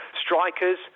strikers